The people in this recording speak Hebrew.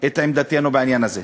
את עמדתנו בעניין הזה.